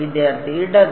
വിദ്യാർത്ഥി ഇടത്